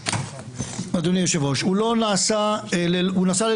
כל נושא המבנה של